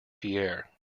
pierre